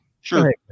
Sure